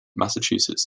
massachusetts